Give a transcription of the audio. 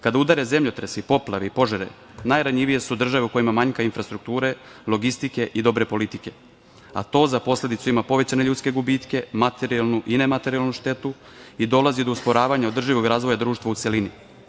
Kada udare zemljotresi, poplave, i požari najranjivije su države u kojima manjka infrastruktura, logistike i dobre politike, a to za posledicu ima povećanje ljudske gubitke, materijalnu i nematerijalnu štetu i dolazi do usporavanja održivog razvoje društva u celini.